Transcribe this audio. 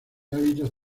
hábitos